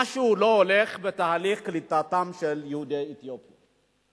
משהו לא הולך בתהליך קליטתם של יהודי אתיופיה.